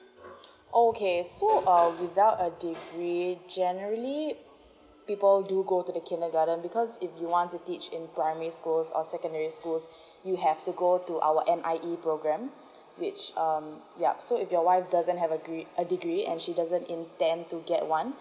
okay so um without a generally people do go to the kindergarten because if you want to teach in primary schools or secondary schools you have to go to our M_I_E program which um yup so if your wife doesn't have a degre~ degree and she doesn't intend to get one